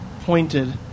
pointed